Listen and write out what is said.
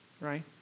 Right